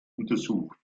untersucht